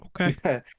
Okay